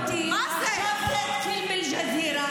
ואני רוצה להגיד לכם,